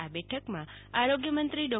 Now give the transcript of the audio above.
આ બેઠકમાં આરોગ્ય મંત્રી ડો